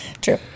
True